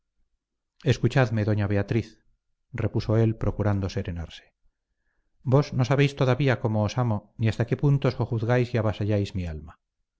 escuchadme doña beatriz repuso él procurando serenarse vos no sabéis todavía cómo os amo ni hasta qué punto sojuzgáis y avasalláis mi alma